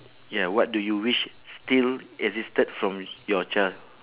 ya what do you wish still existed from your child~